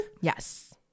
Yes